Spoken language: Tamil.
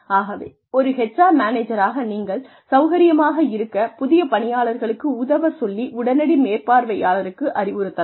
ஆகவே ஒரு HR மேனேஜராக நீங்கள் சௌகரியமாக இருக்க புதிய பணியாளர்களுக்கு உதவச்சொல்லி உடனடி மேற்பார்வையாளருக்கு அறிவுறுத்தலாம்